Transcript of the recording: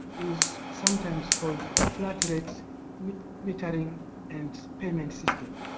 is sometimes called flat rate you know metering and payment system.